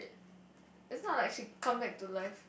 it it's not like she come back to life